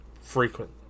frequent